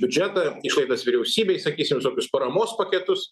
biudžetą išlaidas vyriausybėj sakysim visokius paramos paketus